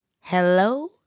Hello